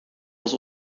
was